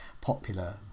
popular